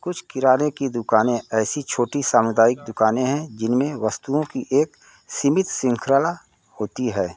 कुछ किराने की दुक़ानें ऐसी छोटी सामुदायिक दुक़ानें हैं जिनमें वस्तुओं की एक सीमित शृँखला होती है